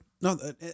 No